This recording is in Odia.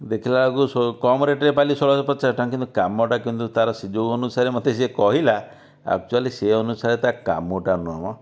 ଦେଖିଲାବେଳକୁ କମ୍ ରେଟ୍ରେ ପାଇଲି ଷୋହଳଶହ ପଚାଶ ଟଙ୍କା କିନ୍ତୁ କାମଟା ତା'ର ଯେଉଁ ଅନୁସାରେ ସେ ମୋତେ କହିଲା ଆକ୍ଚୁଆଲି ସେ ଅନୁସାରେ ତା କାମଟା ନୁହଁ ମ